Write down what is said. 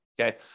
okay